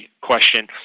question